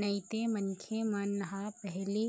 नइते मनखे मन ह पहिली